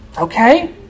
Okay